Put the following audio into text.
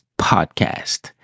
podcast